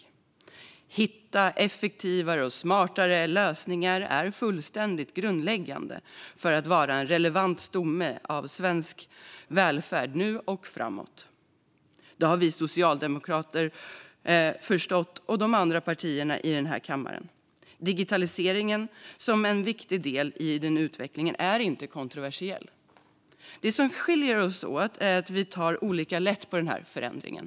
Att hitta effektivare och smartare lösningar är fullständigt grundläggande för att vara en relevant stomme av svensk välfärd nu och framåt. Det har vi socialdemokrater och de andra partierna i den här kammaren förstått. Digitaliseringen som en viktig del i den utvecklingen är inte kontroversiell. Det som skiljer oss åt är att vi tar olika lätt på förändringen.